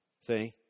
See